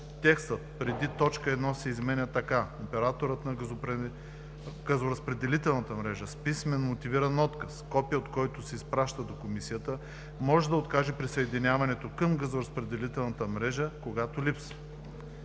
текстът преди т. 1 се изменя така: „Операторът на газоразпределителната мрежа с писмен мотивиран отказ, копие от който се изпраща до комисията, може да откаже присъединяването към газоразпределителната мрежа, когато липсва:“.